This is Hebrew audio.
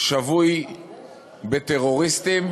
שבוי בטרוריסטים,